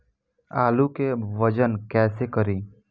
आलू के वजन कैसे करी?